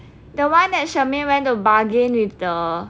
the one that charmaine went to bargain with the